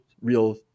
real